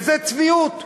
זו צביעות.